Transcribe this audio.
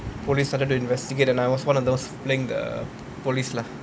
police started to investigate and I was one of those linked to the police lah